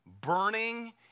burning